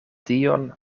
dion